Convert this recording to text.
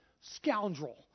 scoundrel